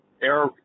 Air